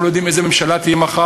אנחנו לא יודעים איזו ממשלה תהיה מחר,